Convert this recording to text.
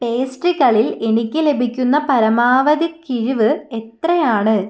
പേസ്ട്രികളിൽ എനിക്ക് ലഭിക്കുന്ന പരമാവധി കിഴിവ് എത്രയാണ്